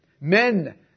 men